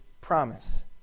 promise